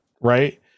right